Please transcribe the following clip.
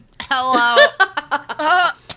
Hello